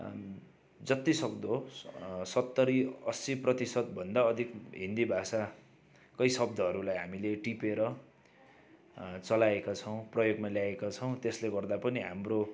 जतिसक्दो सत्तरी अस्सी प्रतिशतभन्दा अधिक हिन्दी भाषाकै शब्दहरूलाई हामीले टिपेर चलाएका छौँ प्रयोगमा ल्याएका छौँ त्यसले गर्दा पनि हाम्रो